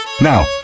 Now